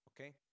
Okay